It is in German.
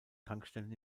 tankstellen